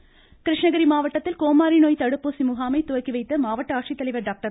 கிருஷ்ணகிரி கோமாரி கிருஷ்ணகிரி மாவட்டத்தில் கோமாரி நோய் தடுப்பூசி முகாமை துவக்கிவைத்த மாவட்ட ஆட்சித்தலைவர் டாக்டர்